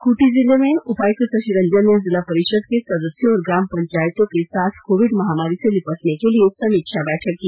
खंटी जिले में उपायक्त शशि रंजन ने जिला परिषद के सदस्यों और ग्राम पंचायतों के साथ कोविड महामारी से निपटने के लिए समीक्षा बैठक की